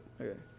Okay